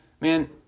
Man